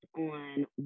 On